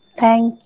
thank